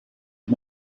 est